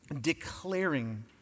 Declaring